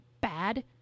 bad